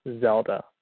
Zelda